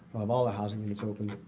have all the housing units open.